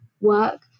work